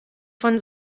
von